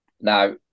now